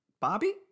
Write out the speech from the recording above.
Bobby